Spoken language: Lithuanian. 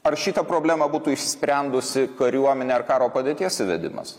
ar šitą problemą būtų išsprendusi kariuomenė ar karo padėties įvedimas